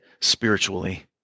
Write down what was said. spiritually